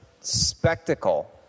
spectacle